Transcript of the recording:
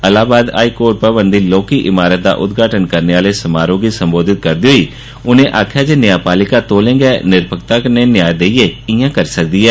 Allahabad high court भवन दी लौह्की इमारत दा उद्घाटन करने आह्लें समारोह गी संबोधित करदे होई उनें आक्खेआ जे न्यायपालिका तौलें ते निरपक्खता कन्ने न्याय देईयें इयां करी सकदी ऐ